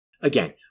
Again